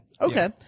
Okay